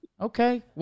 Okay